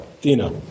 Dina